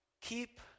keep